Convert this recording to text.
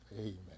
Amen